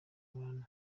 abantu